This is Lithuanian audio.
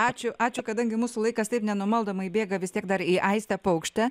ačiū ačiū kadangi mūsų laikas taip nenumaldomai bėga vis tiek dar į aistę paukštę